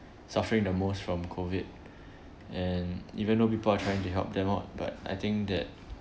suffering the most from COVID and even though people are trying to help them out but I think that